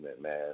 man